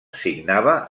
signava